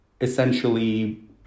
essentially